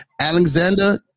Alexander